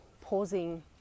pausing